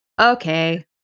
Okay